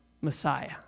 Messiah